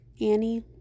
Annie